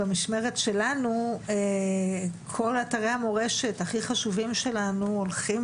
במשמרת שלנו כל אתרי המורשת הכי חשובים שלנו הולכים